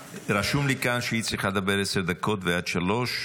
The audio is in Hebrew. רשום לי כאן שהיא צריכה לדבר עשר דקות ואת שלוש,